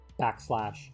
backslash